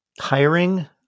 hiring